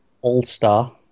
All-Star